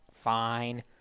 Fine